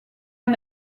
and